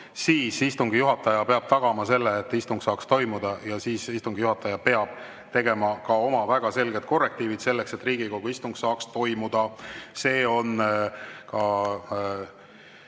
siis istungi juhataja peab tagama selle, et istung saaks toimuda. Ja siis istungi juhataja peab tegema väga selged korrektiivid, et Riigikogu istung saaks toimuda. See on ka